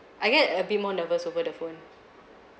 I get a bit more nervous over the phone